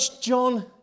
John